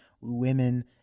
women